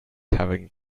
having